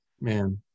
Man